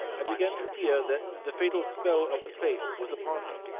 i began to fear that the fatal spell of the place was upon her,